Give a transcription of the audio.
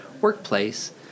workplace